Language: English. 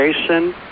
Jason